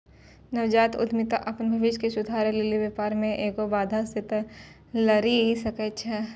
नवजात उद्यमि अपन भविष्य के सुधारै लेली व्यापार मे ऐलो बाधा से लरी सकै छै